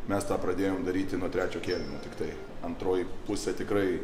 mes tą pradėjom daryti nuo trečio kėlinio tiktai antroji pusė tikrai